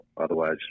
otherwise